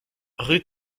rue